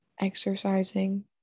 exercising